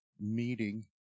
meeting